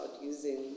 using